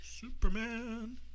Superman